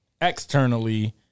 externally